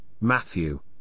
Matthew